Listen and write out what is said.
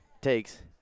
takes